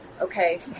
okay